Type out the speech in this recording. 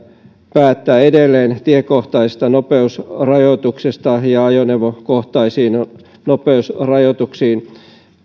päättää edelleen tiekohtaisista nopeusrajoituksista ja ajoneuvokohtaisiin nopeusrajoituksiin